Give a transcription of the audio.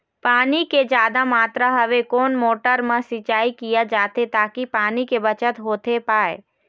पानी के जादा मात्रा हवे कोन मोटर मा सिचाई किया जाथे ताकि पानी के बचत होथे पाए?